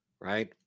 right